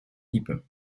type